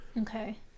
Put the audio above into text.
Okay